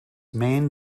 main